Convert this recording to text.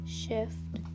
shift